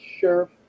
sheriff